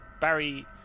Barry